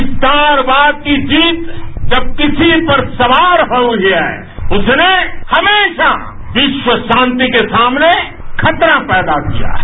विस्तारवाद की जिद जब किसी पर सवार हुई है उसने हमेशा विश्व सांति के सामने खतरा पैदा किया है